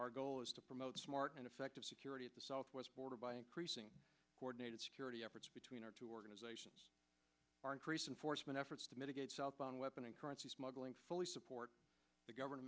our goal is to promote smart and effective security at the southwest border by increasing coordinated security efforts between our two organizations are increasing foresman efforts to mitigate southbound weapon and currency smuggling fully support the govern